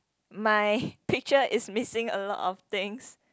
my picture is missing a lot of things